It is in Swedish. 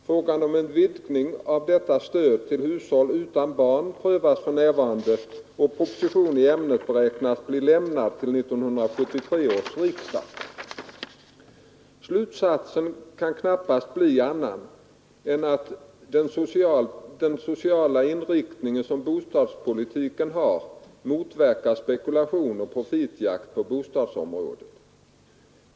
Frågan om en vidgning av detta stöd till hushåll utan barn prövas för närvarande, och proposition i ämnet beräknas bli lämnad till 1973 års riksdag. Slutsatsen kan knappast bli annan än att den sociala inriktning som bostadspolitiken har motverkar spekulation och profitjakt på bostadsområdet.